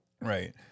Right